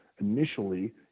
initially